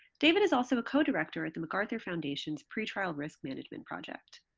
david is also a co-director at the macarthur foundation's pretrial risk management project.